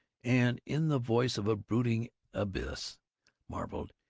and in the voice of a brooding abbess marveled,